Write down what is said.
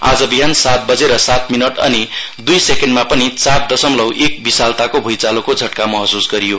आज बिहान सात बजेर सात मिनट अनि दुई सेकेन्टमा पनि चार दसमलौं एक विशाल्ताको भ्इँचालोको झट्का महस्स गरियो